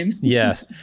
yes